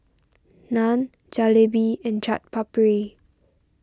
Naan Jalebi and Chaat Papri